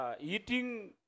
eating